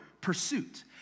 pursuit